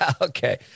Okay